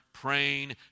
praying